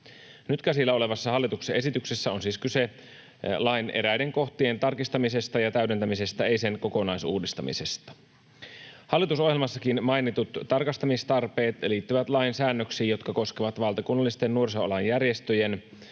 Nyt käsillä olevassa hallituksen esityksessä on siis kyse lain eräiden kohtien tarkistamisesta ja täydentämisestä, ei sen kokonaisuudistamisesta. Hallitusohjelmassakin mainitut tarkistamistarpeet liittyvät lain säännöksiin, jotka koskevat valtakunnallisten nuorisoalan järjestöjen